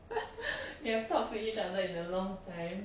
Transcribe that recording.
we have talked to each other in a long time